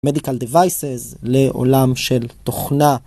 Medical Devices לעולם של תוכנה.